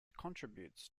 contributes